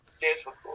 difficult